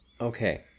Okay